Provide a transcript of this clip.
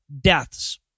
deaths